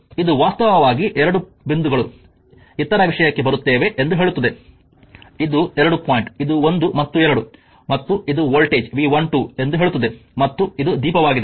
ಇದು ವಾಸ್ತವವಾಗಿ 2 ಬಿಂದುಗಳು ಇತರ ವಿಷಯಕ್ಕೆ ಬರುತ್ತವೆ ಎಂದು ಹೇಳುತ್ತದೆ ಇದು 2 ಪಾಯಿಂಟ್ ಇದು 1 ಮತ್ತು 2 ಮತ್ತು ಇದು ವೋಲ್ಟೇಜ್ V12 ಎಂದು ಹೇಳುತ್ತದೆ ಮತ್ತು ಇದು ದೀಪವಾಗಿದೆ